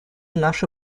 наши